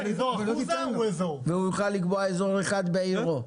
והוא יוכל לקבוע אזור אחד בעירו,